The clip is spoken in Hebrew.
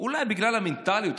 אולי בגלל המנטליות.